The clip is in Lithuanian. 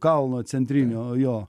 kalno centrinio jo